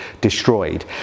destroyed